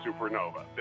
Supernova